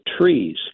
trees